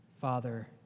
Father